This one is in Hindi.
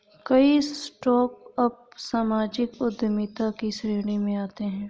कई स्टार्टअप सामाजिक उद्यमिता की श्रेणी में आते हैं